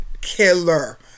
killer